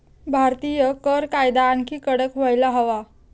भारतीय कर कायदा आणखी कडक व्हायला हवा